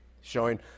Showing